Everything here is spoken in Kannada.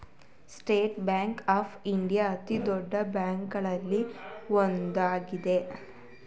ಸ್ಟೇಟ್ ಬ್ಯಾಂಕ್ ಆಫ್ ಇಂಡಿಯಾ ಅತಿದೊಡ್ಡ ಬ್ಯಾಂಕುಗಳಲ್ಲಿ ಒಂದಾಗಿದೆ